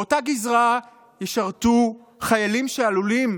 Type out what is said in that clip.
באותה גזרה ישרתו חיילים שעלולים,